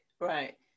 right